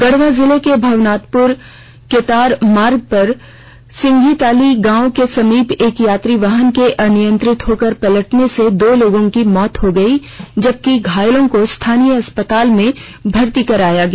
गढ़वा जिला के भवनाथप्र केतार मार्ग पर सिंघिताली गांव के समीप एक यात्री वाहन के अनियंत्रित होकर पलटने से दो लोगों की मौत हो गई जबकि घायलों को स्थानीय अस्पताल में भर्ती कराया गया